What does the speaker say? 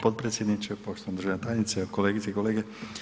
Potpredsjedniče, poštovana državna tajnice, kolegice i kolege.